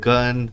Gun